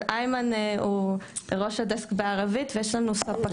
אבל איימן הוא ראש הדסק בערבית ויש לנו ספקים.